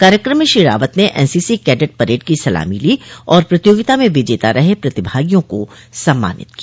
कार्यकम में श्री रावत ने एनसीसी कैडेट परेड की सलामी ली और प्रतियोगिता में विजेता रहे प्रतिभागियों को सम्मानित किया